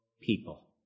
people